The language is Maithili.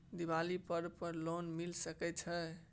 दीपावली पर्व पर लोन मिल सके छै?